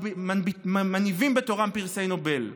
שמניבים בתורם פרסי נובל.